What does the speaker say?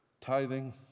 tithing